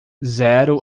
zero